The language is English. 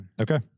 Okay